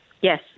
Yes